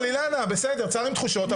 אילנה בסדר צר עם תחושות,